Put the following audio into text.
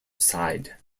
side